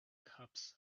cups